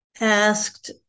asked